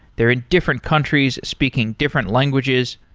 they're in different countries speaking different languages.